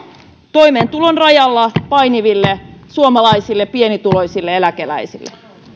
toimeentulon rajalla painiville suomalaisille pienituloisille ja eläkeläisille